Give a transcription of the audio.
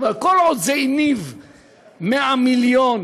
כל עוד זה הניב 100 מיליון